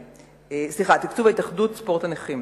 סליחה, תקצוב התאחדות ספורט הנכים.